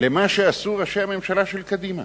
למה שעשו ראשי הממשלה של קדימה,